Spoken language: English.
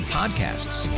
podcasts